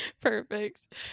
Perfect